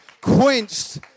quenched